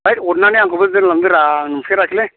हैद अननानै आंखौबो दोनलांदोरा आं नुफेराखैलै